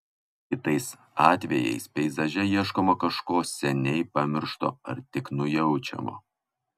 kitais atvejais peizaže ieškoma kažko seniai pamiršto ar tik nujaučiamo